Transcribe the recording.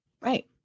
Right